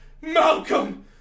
Malcolm